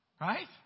Right